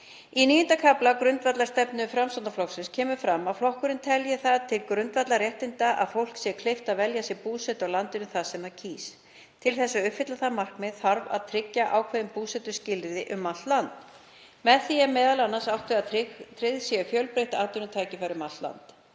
Í IX. kafla grundvallarstefnuskrár Framsóknarflokksins kemur fram að flokkurinn telji það til grundvallarréttinda að fólki sé kleift að velja sér búsetu á landinu þar sem það kýs. Til þess að uppfylla það markmið þarf að tryggja ákveðin búsetuskilyrði um allt land. Með því er m.a. átt við að tryggð séu fjölbreytt atvinnutækifæri um allt land.